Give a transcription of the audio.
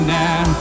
now